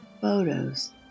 photos